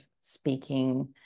speaking